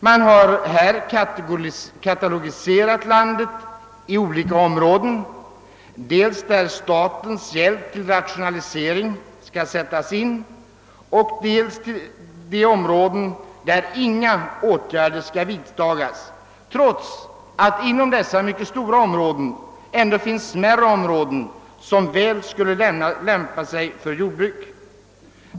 Man har gjort upp en katalog och indelat landet i olika områden, dels sådana där statens hjälp till rationalisering skall sättas in, dels sådana där inga åtgärder skall vidtagas, trots att det inom dessa mycket stora områden finns smärre områden som väl skulle lämpa sig för jordbruk.